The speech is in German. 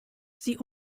sie